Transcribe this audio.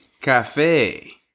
Cafe